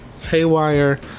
Haywire